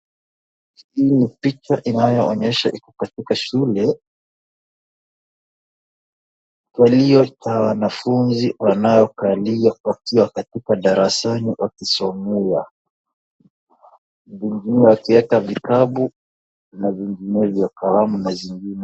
Hii ni picha inayoonyesha iko katika shule iliyo na wanafunzi wanaokalia wakiwa darasani wakisomewa, humu wakiweka vitabu na kalamu na zingine.